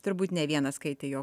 turbūt ne vienas skaitė jo